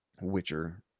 Witcher